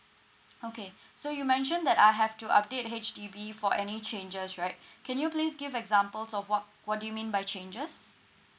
okay so you mentioned that I have to update H_D_B for any changes right can you please give examples of what what do you mean by changes